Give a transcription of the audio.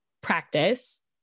practice